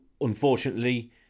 unfortunately